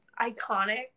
iconic